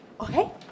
Okay